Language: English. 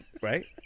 Right